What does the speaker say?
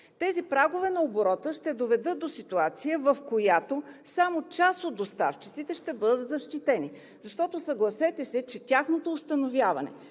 Тези прагове на оборот ще доведат до ситуация, в която само част от доставчиците ще бъдат защитени. Защото, съгласете се, че тяхното установяване,